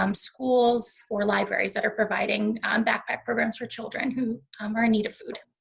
um schools, or libraries that are providing um backpack programs for children who um are in need of food.